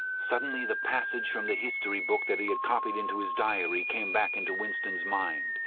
suddenly the passage from the history book that he had copied into his diary came back into winston's mind,